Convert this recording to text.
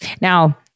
now